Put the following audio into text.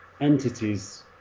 entities